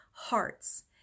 hearts